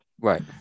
Right